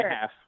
half